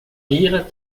lire